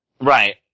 Right